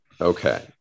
Okay